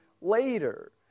later